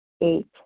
Eight